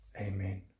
Amen